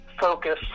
focus